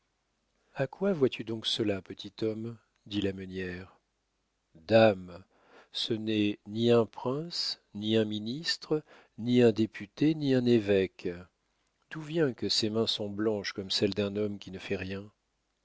a quoi vois-tu donc cela petit homme dit la meunière dame ce n'est ni un prince ni un ministre ni un député ni un évêque d'où vient que ses mains sont blanches comme celles d'un homme qui ne fait rien